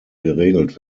geregelt